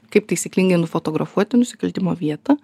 kaip taisyklingai nufotografuoti nusikaltimo vietą